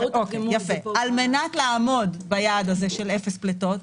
על מנת לעמוד ביעד הזה של אפס פליטות,